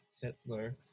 Hitler